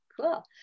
Cool